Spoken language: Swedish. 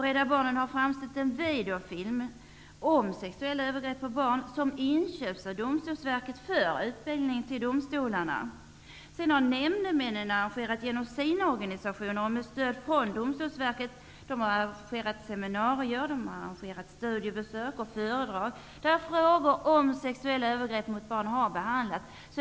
Rädda barnen har vidare framställt en videofilm om sexuella övergrepp på barn, som inköpts av Även nämndemännen anordnar genom sina organisationer och med stöd av Domstolsverket seminarier, studiebesök och föredrag, där frågor om sexuella övergrepp mot barn behandlas.